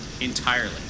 entirely